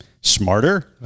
smarter